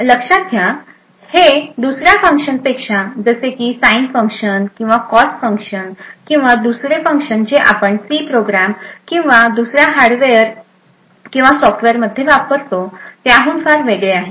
तर लक्षात घ्या हे दुसऱ्या फंक्शनपेक्षा जसे की साईन फंक्शन किंवा कॉस फंक्शन किंवा दुसरे फंक्शन जे आपण C प्रोग्राम किंवा दुसऱ्या हार्डवेअर किंवा सॉफ्टवेअर मध्ये वापरतो त्याहून फार वेगळे आहे